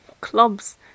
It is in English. clubs